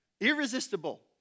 Irresistible